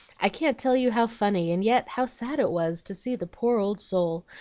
i can't tell you how funny and yet how sad it was to see the poor old soul,